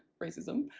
racism,